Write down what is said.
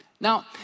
Now